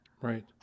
Right